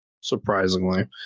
surprisingly